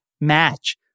match